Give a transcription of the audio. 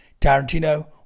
Tarantino